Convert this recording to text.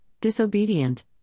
disobedient